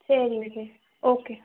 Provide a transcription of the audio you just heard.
சரிங்க சே ஓகே